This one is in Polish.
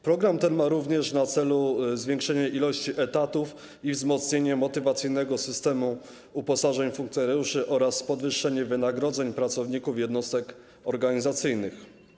Program ten ma również na celu zwiększenie liczby etatów i wzmocnienie motywacyjnego systemu uposażeń funkcjonariuszy oraz podwyższenie wynagrodzeń pracowników jednostek organizacyjnych.